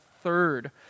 third